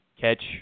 catch